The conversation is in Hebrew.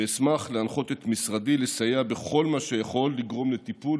ואשמח להנחות את משרדי לסייע בכל מה שיכול לגרום לטיפול